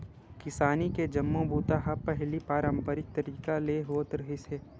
किसानी के जम्मो बूता ह पहिली पारंपरिक तरीका ले होत रिहिस हे